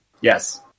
yes